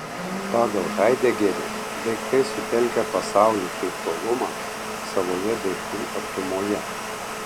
pagal haidegerį daiktai sutelkia pasaulį kaip tolumą savoje daiktų artumoje